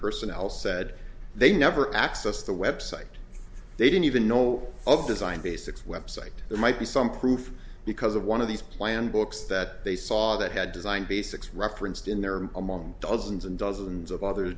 personnel said they never access the website they didn't even know of design basics website it might be some proof because of one of these plan books that they saw that had designed basics referenced in there among dozens and dozens of other